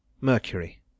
Mercury